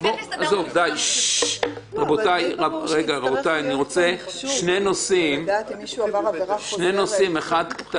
אני רוצה שני נושאים כדי